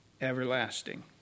everlasting